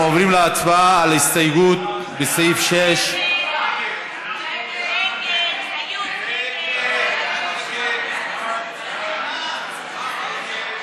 אנחנו עוברים להצבעה על ההסתייגות לסעיף 6. ההסתייגות